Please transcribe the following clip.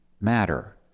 matter